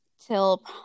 till